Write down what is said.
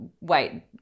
Wait